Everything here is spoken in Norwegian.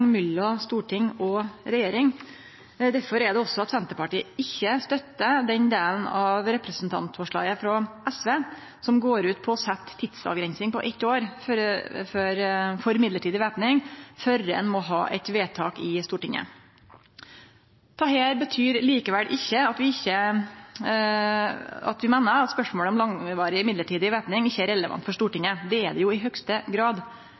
mellom storting og regjering. Derfor er det Senterpartiet ikkje støttar den delen av representantforslaget frå SV som går ut på å setje tidsavgrensing på eitt år for mellombels væpning, før ein må ha eit vedtak i Stortinget. Dette betyr likevel ikkje at vi meiner spørsmålet om langvarig mellombels væpning ikkje er relevant for Stortinget. Det er det i høgste grad